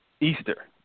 Easter